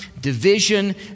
division